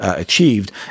achieved